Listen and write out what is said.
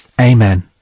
Amen